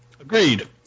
Agreed